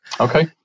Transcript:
Okay